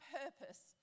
purpose